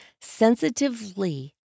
sensitively